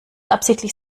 absichtlich